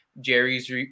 Jerry's